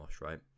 right